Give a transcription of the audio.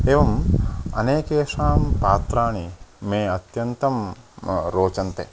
एवम् अनेकेषां पात्राणि मे अत्यन्तं रोचन्ते